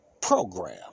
program